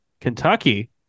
Kentucky